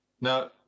Now